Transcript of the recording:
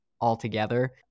altogether